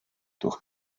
durch